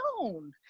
own